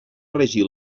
regir